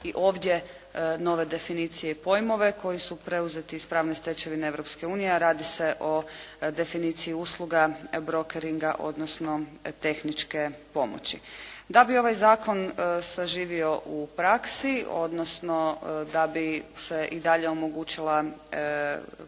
i ovdje nove definicije i pojmove koji su preuzeti iz pravne stečevine Europske unije, a radi se o definiciji usluga brokeringa, odnosno tehničke pomoći. Da bi ovaj zakon saživio u praksi, odnosno da bi se i dalje omogućila